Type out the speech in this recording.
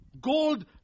gold